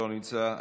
לא נמצא,